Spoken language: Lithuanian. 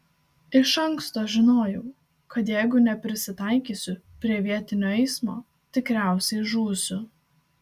iš anksto žinojau kad jeigu neprisitaikysiu prie vietinio eismo tikriausiai žūsiu